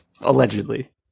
Allegedly